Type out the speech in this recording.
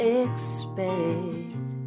expect